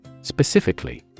Specifically